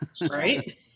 Right